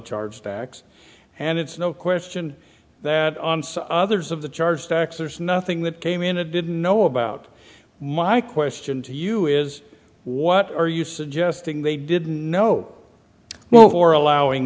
charge backs and it's no question that others of the charge tax there's nothing that came in it didn't know about my question to you is what are you suggesting they did know well for allowing